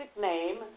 name